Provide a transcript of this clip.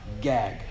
gag